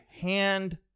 Hand